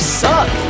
suck